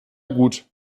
gut